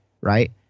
Right